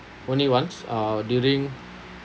only once uh during